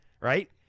right